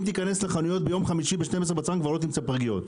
אם תיכנס לחנויות ביום חמישי ב-12 בצהריים כבר לא תמצא פרגיות.